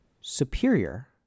superior